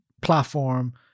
platform